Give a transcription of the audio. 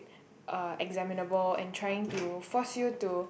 uh examinable and trying to force you to